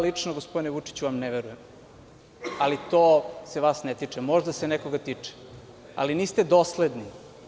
Lično, gospodine Vučiću ja vam ne verujem ali to se vas ne tiče, možda se nekoga tiče, ali niste dosledni.